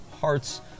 Hearts